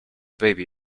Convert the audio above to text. baby